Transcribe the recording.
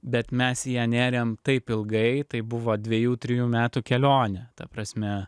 bet mes ją nėrėm taip ilgai tai buvo dvejų trejų metų kelionė ta prasme